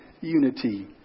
unity